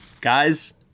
Guys